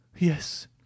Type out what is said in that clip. Yes